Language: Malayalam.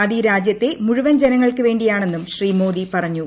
അത് ഈ രാജ്യത്തെ മുഴുവൻ ജനങ്ങൾക്കും വേണ്ടിയാണെന്നും ശ്രീ മോദി പറഞ്ഞു